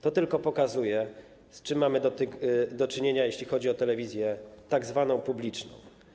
To tylko pokazuje, z czym mamy do czynienia, jeśli chodzi o telewizję tzw. publiczną.